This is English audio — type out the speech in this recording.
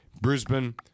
Brisbane